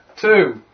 Two